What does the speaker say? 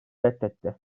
reddetti